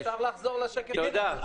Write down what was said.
תודה.